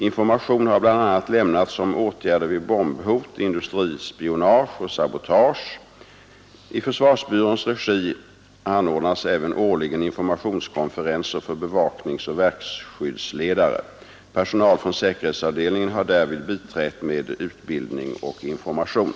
Information har bl.a. lämnats om åtgärder vid bombhot, industrispionage och sabotage. I försvarsbyråns regi anordnas även årligen informationskonferenser för bevakningsoch verkskyddsledare. Personal från säkerhetsavdelningen har därvid biträtt med utbildning och information.